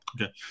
Okay